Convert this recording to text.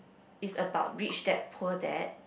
it's about Rich Dad Poor Dad